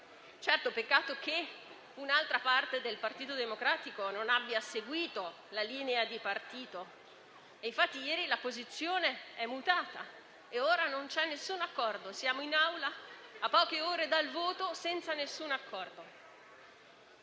Peccato che un'altra parte del Partito Democratico non abbia seguito la linea di partito e, infatti, ieri la posizione è mutata e ora non c'è alcun accordo. Siamo in Aula, a poche ore dal voto, senza un accordo.